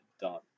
done